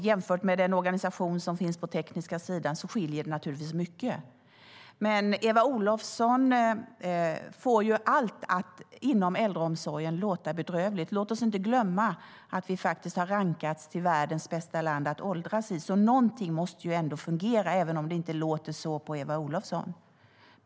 Jämfört med den organisation som finns på den tekniska sidan skiljer det mycket. Eva Olofsson får allt inom äldreomsorgen att låta bedrövligt. Men låt oss inte glömma att vi faktiskt har rankats som världens bästa land att åldras i. Någonting måste ändå fungera, även om det inte låter så på Eva Olofsson.